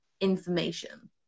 information